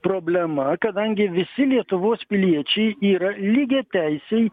problema kadangi visi lietuvos piliečiai yra lygiateisiai